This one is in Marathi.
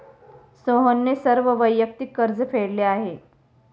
सोहनने सर्व वैयक्तिक कर्ज फेडले आहे